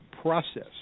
process